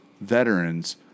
veterans